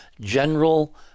general